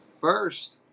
first